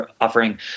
offering